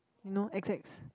you know X X